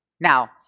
Now